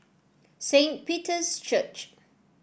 Saint Peter's Church